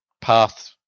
path